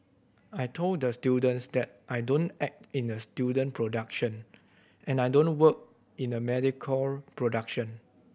I told the students that I don't act in a student production and I don't work in a mediocre production